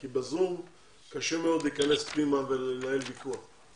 כי ב-זום קשה מאוד להיכנס ולנהל ויכוח.